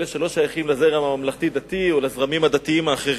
אלה שלא שייכים לזרם הממלכתי-דתי או לזרמים הדתיים האחרים.